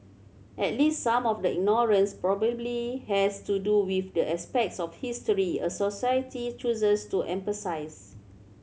at least some of the ignorance probably has to do with the aspects of history a society chooses to emphasise